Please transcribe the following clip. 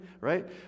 right